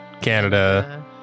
Canada